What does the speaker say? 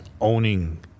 owning